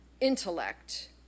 intellect